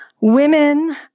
Women